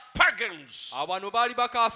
pagans